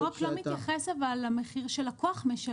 החוק לא מתייחס אבל למחיר שלקוח משלם.